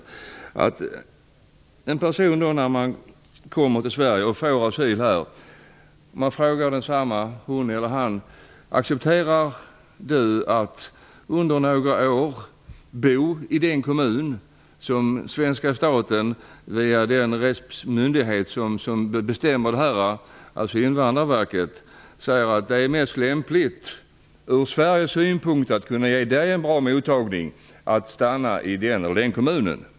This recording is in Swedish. Om man frågar en person som kommit till Sverige och fått asyl om han eller hon accepterar att under några år bo i den kommun som svenska staten via den myndighet som bestämmer om detta, alltså Invandrarverket, säger att det ur svensk synpunkt är mest lämpligt att stanna i den ena eller andra kommunen.